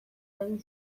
egin